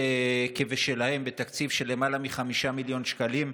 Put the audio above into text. כבשלהם בתקציב של למעלה מ-5 מיליון שקלים,